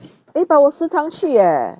eh but 我时常去 eh